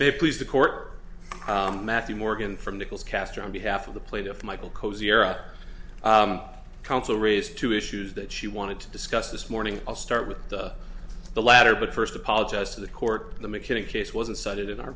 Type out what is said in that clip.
they please the court matthew morgan from nichols castor on behalf of the plaintiff michael cozier counsel raised two issues that she wanted to discuss this morning i'll start with the latter but first apologize to the court the mechanic case wasn't cited in our